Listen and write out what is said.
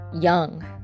young